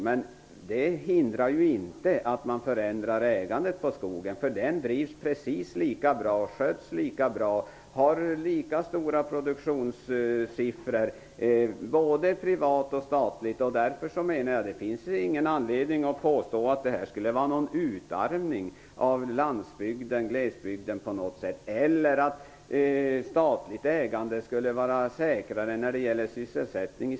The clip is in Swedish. Men det hindrar inte att man förändrar ägandet för skogen. Den sköts precis lika bra och visar upp lika stora produktionssiffror med privat som med statligt ägande. Därför menar jag att det inte finns någon anledning att påstå att det på något sätt skulle innebära en utarmning av landsbygden och glesbygden eller att statligt ägande skulle vara säkrare när det gäller sysselsättning.